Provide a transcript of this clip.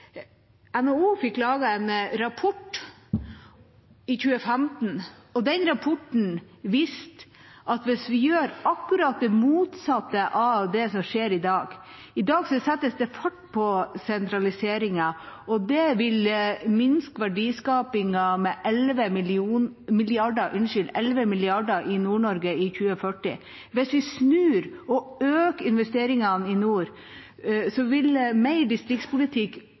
NHO fikk laget en rapport i 2015, og den rapporten viste at hvis vi gjør akkurat det motsatte av det som skjer i dag – i dag settes det fart på sentraliseringen, og det vil minske verdiskapingen med 11 mrd. kr i Nord-Norge i 2040 – hvis vi snur og øker investeringene i nord, vil mer distriktspolitikk